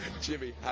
Jimmy